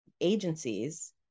agencies